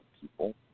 people